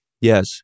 Yes